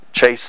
chase